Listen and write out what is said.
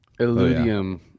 Illudium